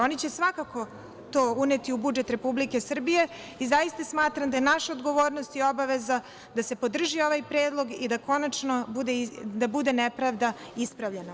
Oni će svakako to uneti u budžet Republike Srbije i zaista smatram da je naša odgovornost i obaveza da se podrži ovaj predlog i da konačno nepravda bude ispravljena.